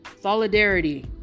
solidarity